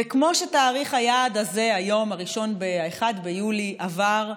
וכמו שתאריך היעד הזה, היום, 1 ביולי, עבר כמעט,